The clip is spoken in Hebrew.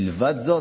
מלבד זאת,